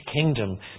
kingdom